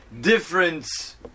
difference